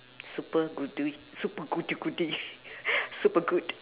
super goodoie super goody goody super good